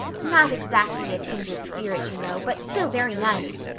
not exactly a kindred spirit, you know, but still very nice.